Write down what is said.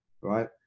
right